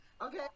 okay